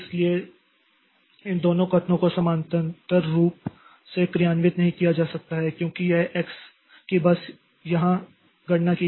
इसलिए इन दोनों कथनों को समानांतर रूप से क्रियान्वित नहीं किया जा सकता है क्योंकि यह x की बस यहां गणना की जाती है